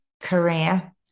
career